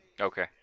Okay